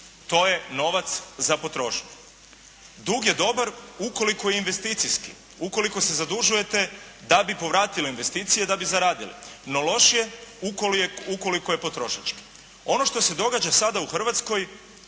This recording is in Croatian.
To je novac za potrošnju. Dug je dobar ukoliko je investicijski, ukoliko se zadužujete da bi povratili investicije, da bi zaradili. No loš je, ukoliko je potrošački. Ono što se događa sada u Hrvatskoj